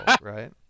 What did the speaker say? right